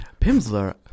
Pimsler